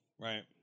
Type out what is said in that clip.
right